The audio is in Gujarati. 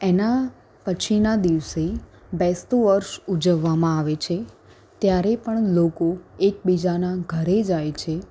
એના પછીના દિવસે બેસતું વર્ષ ઉજવવામાં આવે છે ત્યારે પણ લોકો એકબીજાનાં ઘરે જાય છે